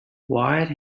white